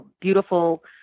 beautiful